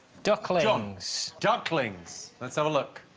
ducklings ducklings, let's have a look